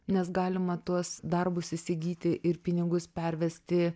nes galima tuos darbus įsigyti ir pinigus pervesti